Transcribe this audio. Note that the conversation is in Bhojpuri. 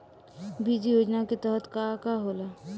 बीज योजना के तहत का का होला?